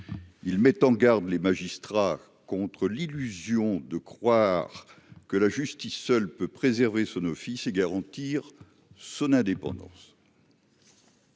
mettent en garde les magistrats contre l'illusion de croire que la justice seule peut préserver son office et garantir son indépendance.